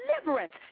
deliverance